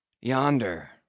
Yonder